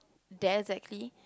there exactly